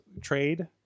trade